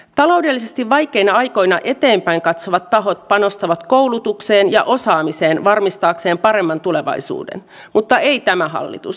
taloudellisesti vaikeina aikoina eteenpäin katsovat tahot panostavat koulutukseen ja osaamiseen varmistaakseen paremman tulevaisuuden mutta ei tämä hallitus